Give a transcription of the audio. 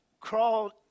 crawled